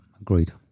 Agreed